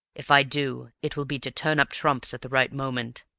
if i do, it will be to turn up trumps at the right moment.